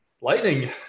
Lightning